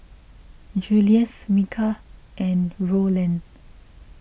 Julious Micah and Rowland